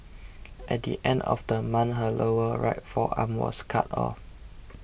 at the end of the month her lower right forearm was cut off